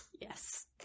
Yes